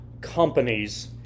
companies